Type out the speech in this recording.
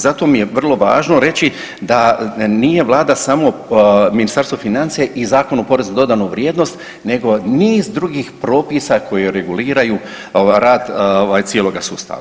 Zato mi je vrlo važno reći da nije Vlada samo Ministarstvo financija i Zakon o porezu na dodanu vrijednost nego niz drugih propisa koji reguliraju rad ovaj cijeloga sustava.